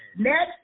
Next